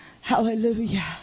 Hallelujah